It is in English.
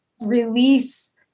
release